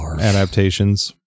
adaptations